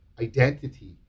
identity